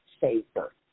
safer